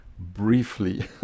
Briefly